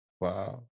Wow